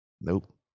Nope